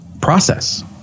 process